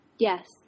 Yes